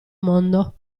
mondo